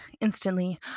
instantly